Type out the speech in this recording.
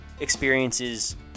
experiences